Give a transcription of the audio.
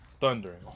Thundering